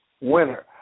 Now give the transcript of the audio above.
winner